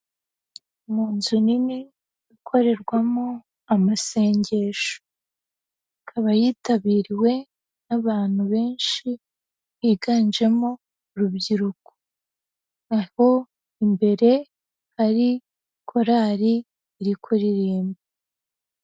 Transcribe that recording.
Mu nzu nini ikorerwamo amasengesho, ikaba yitabiriwe n'abantu benshi biganjemo urubyiruko. Aho imbere hari korali iri kuririmba.